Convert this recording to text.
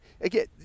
again